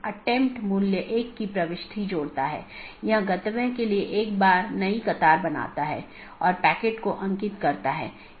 तो ये वे रास्ते हैं जिन्हें परिभाषित किया जा सकता है और विभिन्न नेटवर्क के लिए अगला राउटर क्या है और पथों को परिभाषित किया जा सकता है